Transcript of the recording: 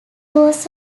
was